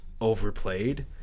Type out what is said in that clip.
overplayed